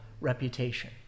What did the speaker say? reputation